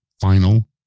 final